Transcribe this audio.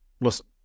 Listen